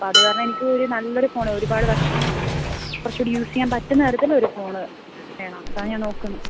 അപ്പം അതു കാരണം എനിക്ക് ഒരു നല്ലൊരു ഫോണ് ഒരുപാടു വർഷം കൊറച്ചുകൂടി യൂസ് ചെയ്യാൻ പറ്റുന്ന തരത്തിൽ ഒരു ഫോണ് വേണം അതാണ് ഞാൻ നോക്കുന്നത്